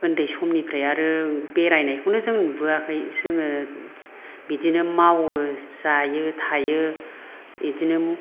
उन्दै समनिफ्राय आरो बेरायनायखौनो जों नुबोवाखै जोङो बिदिनो मावो जायो थायो बिदिनो